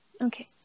Okay